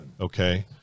Okay